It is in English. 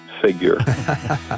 figure